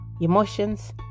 emotions